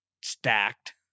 stacked